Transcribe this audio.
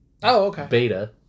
beta